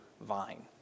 vine